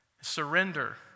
Surrender